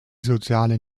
soziale